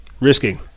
Risking